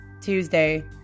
Tuesday